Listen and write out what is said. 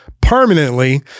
permanently